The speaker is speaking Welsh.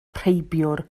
rheibiwr